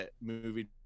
movie